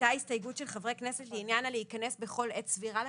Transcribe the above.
הייתה הסתייגות של חברי כנסת לעניין להיכנס בכל עת סבירה למקום.